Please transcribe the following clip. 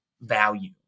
value